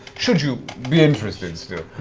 should you be interested still.